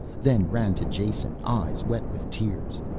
then ran to jason, eyes wet with tears.